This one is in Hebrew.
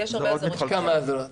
יש עוד כמה אזהרות.